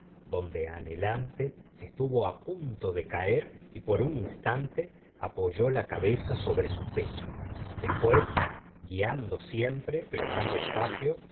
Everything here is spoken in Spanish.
donde anhelante estuvo á punto de caer y por un instante apoyó la cabeza sobre su pecho después guiando siempre pero más despacio